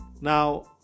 now